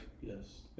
Yes